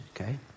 okay